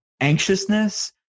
anxiousness